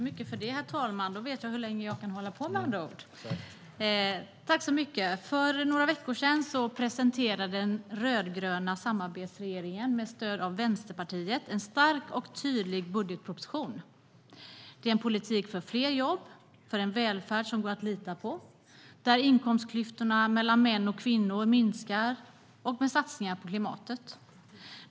Herr talman! För några veckor sedan presenterade den rödgröna samarbetsregeringen med stöd av vänsterpartiet en stark och tydlig budgetproposition. Det är en politik för fler jobb, för en välfärd som går att lita på, där inkomstklyftorna mellan män och kvinnor minskar och med satsningar på klimatet.